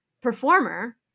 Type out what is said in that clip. performer